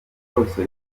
bose